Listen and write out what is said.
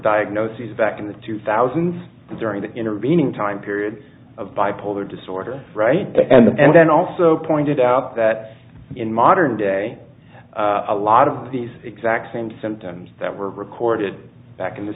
diagnoses back in the two thousand during the intervening time period of bipolar disorder right and then also pointed out that in modern day a lot of these exact same symptoms that were recorded back in the